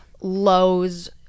lows